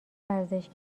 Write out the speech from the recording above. ورزش